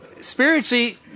spiritually